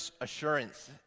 assurance